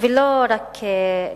ולא רק למדינה.